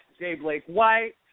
JBlakeWhite